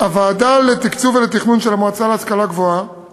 הוועדה לתקצוב ולתכנון של המועצה להשכלה גבוהה